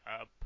up